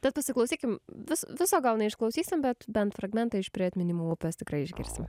tad pasiklausykim vis viso gal neišklausysim bet bent fragmentą iš prie atminimų upės tikrai išgirsim